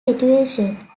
situation